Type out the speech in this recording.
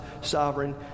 sovereign